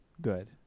good